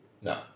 No